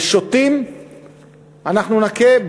בשוטים אנחנו נכה?